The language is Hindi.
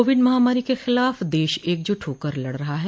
कोविड महामारी के खिलाफ देश एकजुट होकर लड़ रहा है